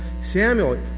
Samuel